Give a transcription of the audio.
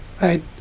Right